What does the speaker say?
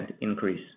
increase